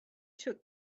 took